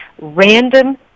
random